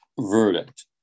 verdict